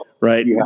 Right